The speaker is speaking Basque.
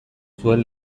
zuen